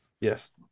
yes